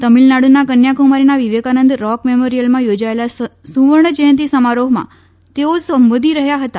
તમિલનાડના કન્યાકુમારીનાં વિવેકાનંદ રૉક મેમોરિયલમાં યોજાયેલા સૂવર્ણ જયંતિ સમારોહમાં તેઓ સંબોધી રહ્યા હતા